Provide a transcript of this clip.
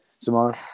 tomorrow